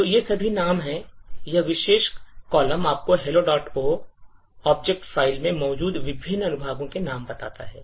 तो ये सभी नाम हैं यह विशेष कॉलम आपको helloo object file में मौजूद विभिन्न अनुभागों के नाम बताता है